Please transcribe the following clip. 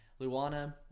Luana